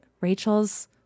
Rachel's